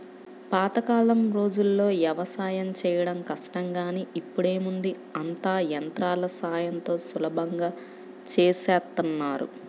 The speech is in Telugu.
పాతకాలం రోజుల్లో యవసాయం చేయడం కష్టం గానీ ఇప్పుడేముంది అంతా యంత్రాల సాయంతో సులభంగా చేసేత్తన్నారు